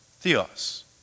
Theos